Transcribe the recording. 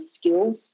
skills